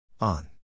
On